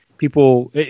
People